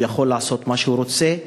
הוא יכול לעשות מה שהוא רוצה,